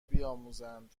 بیاموزند